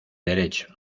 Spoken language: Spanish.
derecho